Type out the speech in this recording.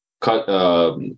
cut